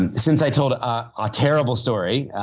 and since i told a ah terrible story,